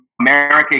America